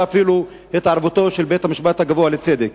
אפילו את התערבותו של בית-המשפט הגבוה לצדק.